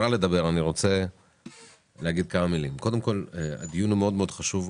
הדיון מאוד מאוד חשוב,